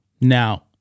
Now